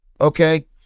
okay